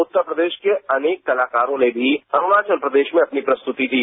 उत्तर प्रदेश के अनेक कलाकारों ने भी अरुणाचल प्रदेश में अपनी प्रस्तुति दी